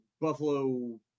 Buffalo